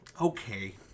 okay